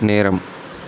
நேரம்